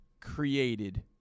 created